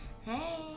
Hey